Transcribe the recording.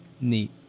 Neat